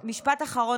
רגע, משפט אחרון.